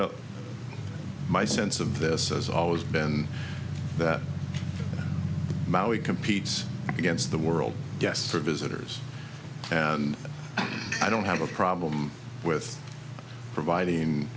know my sense of this has always been that maui competes against the world yes the visitors and i don't have a problem with providing